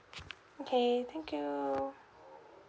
okay thank you